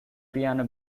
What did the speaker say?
piano